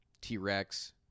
T-Rex